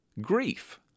Grief